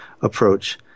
approach